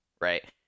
Right